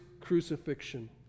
crucifixion